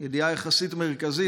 ידיעה יחסית מרכזית,